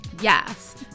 yes